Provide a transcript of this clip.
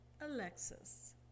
Alexis